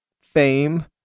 fame